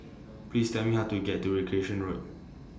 Please Tell Me How to get to Recreation Road